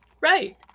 Right